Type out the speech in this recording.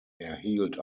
erhielt